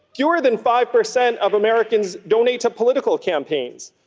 fewer than five percent of americans donate to political campaigns.